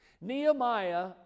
Nehemiah